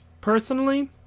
personally